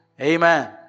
Amen